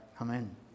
Amen